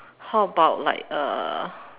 how about like uh